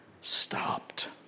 stopped